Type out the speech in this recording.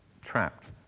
trapped